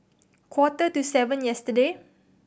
quarter to seven yesterday